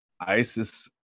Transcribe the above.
ISIS